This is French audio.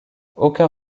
aucun